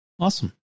Awesome